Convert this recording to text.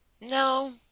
no